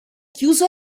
chiuso